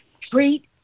Treat